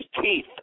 teeth